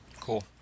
Cool